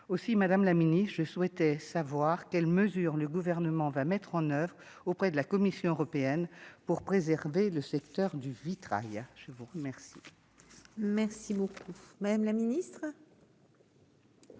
aussi, Madame la Ministre, je souhaitais savoir quelles mesures le gouvernement va mettre en oeuvre auprès de la Commission européenne pour préserver le secteur du vitrail. Je vous remercie, merci beaucoup, madame la ministre.